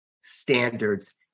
standards